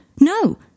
No